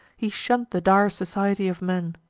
he shunn'd the dire society of men.